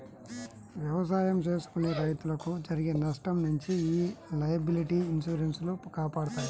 ఎవసాయం చేసుకునే రైతులకు జరిగే నష్టం నుంచి యీ లయబిలిటీ ఇన్సూరెన్స్ లు కాపాడతాయి